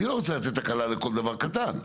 אני לא רוצה לתת הקלה לכל דבר קטן.